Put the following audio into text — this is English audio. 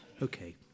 Okay